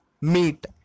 meat